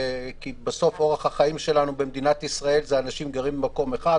כי בסוף אורח החיים שלנו במדינת ישראל הוא שאנשים גרים במקום אחד,